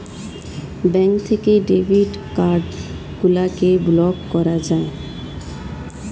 bank থেকে debit card গুলিকে block করা যায়